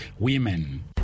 Women